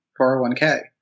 401k